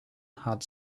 had